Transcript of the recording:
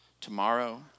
tomorrow